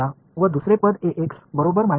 மாணவர்மைனஸ் 1 y